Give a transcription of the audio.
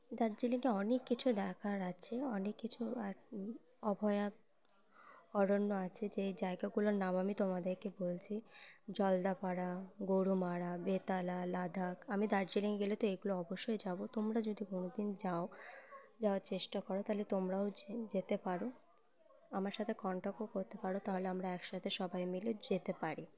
দার্জিলিংয়ে অনেক কিছু দেখার আছে অনেক কিছু আর অভয়া অরণ্য আছে যেই জায়গাগুলোর নাম আমি তোমাদেরকে বলছি জলদাপাড়া গরুমাড়া বেতলা লাদাখ আমি দার্জিলিংয়ে গেলে তো এগুলো অবশ্যই যাবো তোমরা যদি কোনো দিন যাও যাওয়ার চেষ্টা করো তাহলে তোমরাও যে যেতে পারো আমার সাথে কন্ট্যাক্টও করতে পারো তাহলে আমরা একসাথে সবাই মিলে যেতে পারি